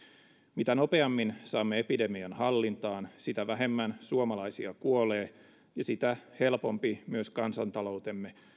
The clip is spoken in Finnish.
mitä nopeammin saamme epidemian hallintaan sitä vähemmän suomalaisia kuolee ja sitä helpompi myös kansantaloutemme